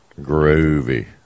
Groovy